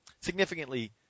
significantly